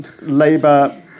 Labour